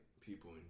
people